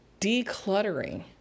decluttering